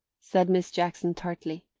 said miss jackson tartly.